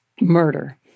murder